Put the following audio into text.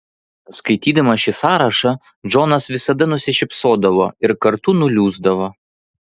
skaitydamas šį sąrašą džonas visada nusišypsodavo ir kartu nuliūsdavo